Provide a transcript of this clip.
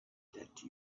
that